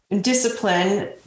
discipline